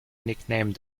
nicknamed